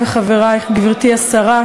אדוני היושב-ראש,